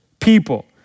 people